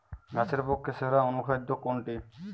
গাছের পক্ষে সেরা অনুখাদ্য কোনটি?